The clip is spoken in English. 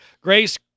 Grace